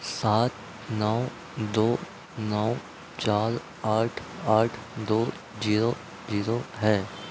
है सात नौ दो नौ चार आठ आठ दो जीरो जीरो है